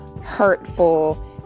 hurtful